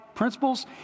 principles